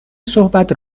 صحبت